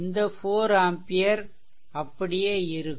இந்த 4 ஆம்பியர் அப்படியே இருக்கும்